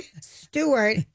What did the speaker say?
Stewart